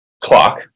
clock